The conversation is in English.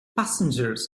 passengers